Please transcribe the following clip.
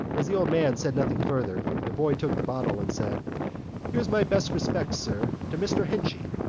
as the old man said nothing further, the boy took the bottle and said here's my best respects, sir, to mr. henchy,